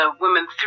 Women